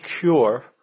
cure